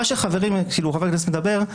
מה שחבר הכנסת מדבר,